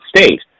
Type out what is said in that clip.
state